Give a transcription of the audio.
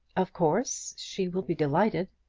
of course. she will be delighted.